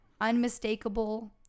unmistakable